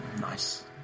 Nice